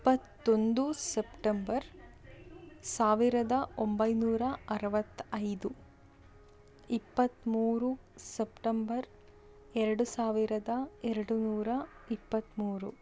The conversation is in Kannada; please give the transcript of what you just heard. ಇಪ್ಪತ್ತೊಂದು ಸಪ್ಟಂಬರ್ ಸಾವಿರದ ಒಂಬೈನೂರ ಅರುವತ್ತೈದು ಇಪ್ಪತ್ತಮೂರು ಸಪ್ಟಂಬರ್ ಎರಡು ಸಾವಿರದ ಎರಡು ನೂರ ಇಪ್ಪತ್ತಮೂರು